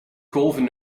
golven